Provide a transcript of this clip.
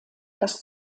das